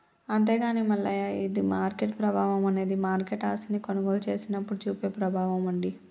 అంతేగాని మల్లయ్య ఇది మార్కెట్ ప్రభావం అనేది మార్కెట్ ఆస్తిని కొనుగోలు చేసినప్పుడు చూపే ప్రభావం అండి